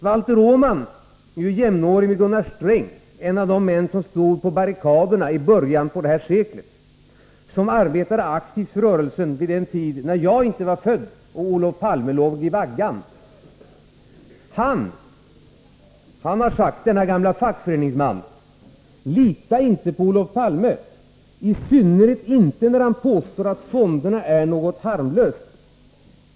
Valter Åman är ju jämnårig med Gunnar Sträng, en av de män som stod på barrikaderna i början på detta sekel, som arbetade aktivt för rörelsen vid den tid då jag inte var född och Olof Palme låg i vaggan. Denne gamle fackföreningsman har sagt: ”- Lita inte på Olof Palme. I synnerhet inte när han påstår att fonderna är något harmlöst.